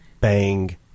bang